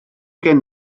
gen